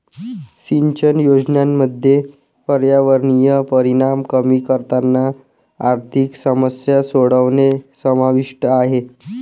सिंचन योजनांमध्ये पर्यावरणीय परिणाम कमी करताना आर्थिक समस्या सोडवणे समाविष्ट आहे